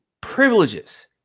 Privileges